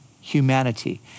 humanity